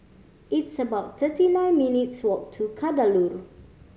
it's about thirty nine minutes' walk to Kadaloor